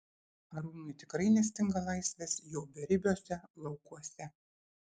arūnui tikrai nestinga laisvės jo beribiuose laukuose